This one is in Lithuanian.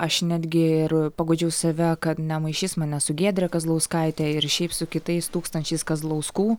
aš netgi ir paguodžiau save kad nemaišys manęs su giedre kazlauskaite ir šiaip su kitais tūkstančiais kazlauskų